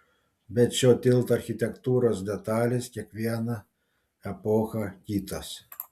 bet šio tilto architektūros detalės kiekvieną epochą kitos